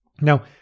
Now